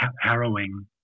harrowing